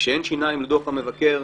כשאין שיניים לדוח המבקר,